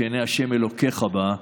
ירושלים שעיני השם אלוקיך בה,